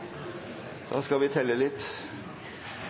Da skal